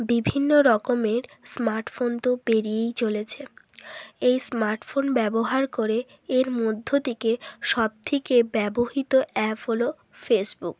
বিভিন্ন রকমের স্মার্টফোন তো বেরিয়েই চলেছে এই স্মার্টফোন ব্যবহার করে এর মধ্য থেকে সবথেকে ব্যবহৃত অ্যাপ হলো ফেসবুক